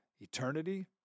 Eternity